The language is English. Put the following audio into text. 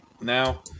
Now